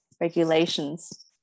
regulations